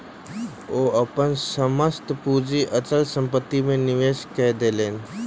ओ अपन समस्त पूंजी अचल संपत्ति में निवेश कय देलैन